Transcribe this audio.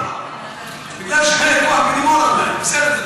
היה ויכוח ודיבור על זה.